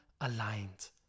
aligned